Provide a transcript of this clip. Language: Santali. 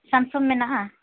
ᱥᱟᱢᱥᱩᱝ ᱢᱮᱱᱟᱜᱼᱟ